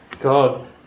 God